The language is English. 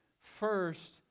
First